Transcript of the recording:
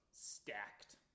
stacked